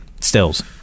stills